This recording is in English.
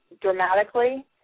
dramatically